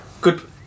good